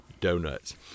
Donuts